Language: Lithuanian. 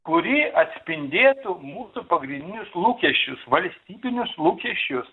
kuri atspindėtų mūsų pagrindinius lūkesčius valstybinius lūkesčius